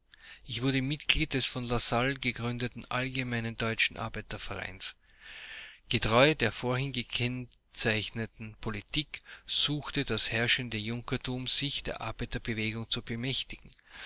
ich wurde mitglied des von lassalle gegründeten allgemeinen deutschen arbeitervereins getreu der vorhin gekennzeichneten politik suchte das herrschende junkertum sich der arbeiterbewegung zu bemächtigen